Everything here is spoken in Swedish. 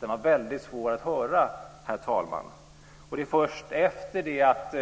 Den var väldigt svår att höra, herr talman. Det är först efter det att